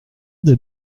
des